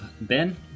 Ben